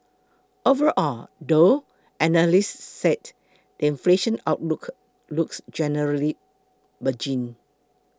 overall though analysts said inflation outlook looks generally benign